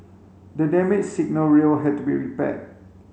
the damaged signal rail had to be repaired